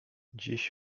dziś